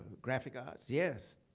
graphic arts? yes.